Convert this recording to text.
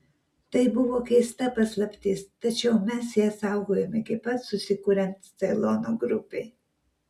tai buvo keista paslaptis tačiau mes ją saugojome iki pat susikuriant ceilono grupei